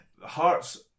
Hearts